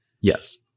yes